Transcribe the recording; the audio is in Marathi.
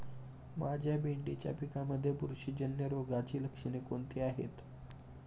माझ्या भेंडीच्या पिकामध्ये बुरशीजन्य रोगाची लक्षणे कोणती आहेत?